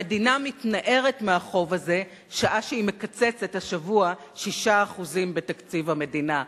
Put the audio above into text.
המדינה מתנערת מהחובה הזאת שעה שהיא מקצצת השבוע 6% בתקציב המדינה.